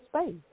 space